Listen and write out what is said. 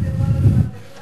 מישהו אחר יוותר.